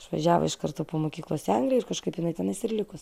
išvažiavo iš karto po mokyklos į angliją ir kažkaip jinai tenais ir likus